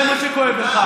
את אורח החיים של רע"מ,